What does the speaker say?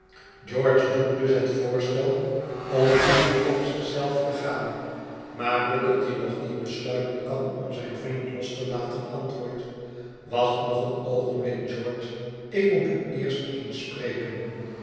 george doet dus het voorstel om ieder op zich zelf te gaan maar bucket die nog niet besluiten kan om zijn vriend los te laten antwoordt wacht nog een oogenblik george ik moet u eerst